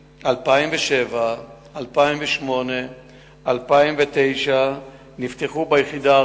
2. אם כן, מה הוא פירוט נושאי התיקים שנפתחו?